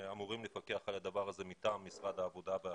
שאמורים לפקח על הדבר הזה מטעם משרד העבודה והרווחה.